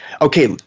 Okay